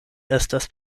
estas